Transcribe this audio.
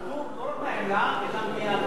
הוא פטור לא רק מהעמלה אלא גם מהקנס?